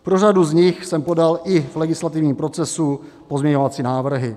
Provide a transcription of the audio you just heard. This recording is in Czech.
Pro řadu z nich jsem podal i v legislativním procesu pozměňovací návrhy.